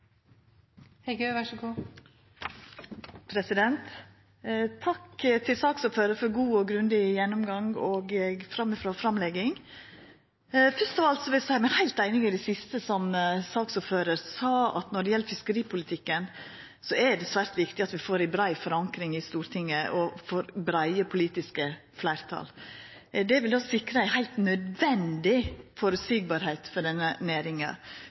til saksordføraren for god og grundig gjennomgang og framifrå framlegging. Fyrst av alt vil eg seia meg heilt einig i det siste som saksordføraren sa, at når det gjeld fiskeripolitikken, er det svært viktig at vi får ei brei forankring i Stortinget og får breie politiske fleirtal. Det vil sikra ei heilt nødvendig føreseielegheit for denne næringa